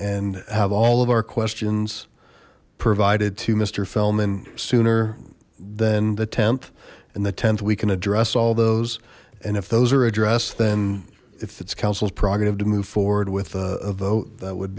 and have all of our questions provided to mister fellman sooner than the tenth and the tenth we can address all those and if those are addressed then if it's council's prerogative to move forward with a vote that would